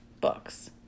Books